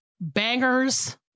bangers